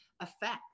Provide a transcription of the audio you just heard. effect